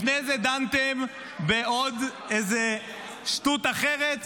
לפני זה דנתם בעוד איזו שטות אחרת,